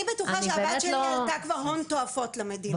אני בטוחה שהבת שלי עלתה כבר הון תועפות למדינה.